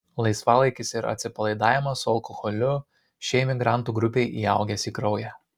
laisvalaikis ir atsipalaidavimas su alkoholiu šiai migrantų grupei įaugęs į kraują